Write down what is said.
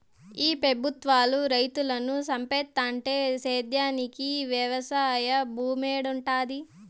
ఈ పెబుత్వాలు రైతులను సంపేత్తంటే సేద్యానికి వెవసాయ భూమేడుంటది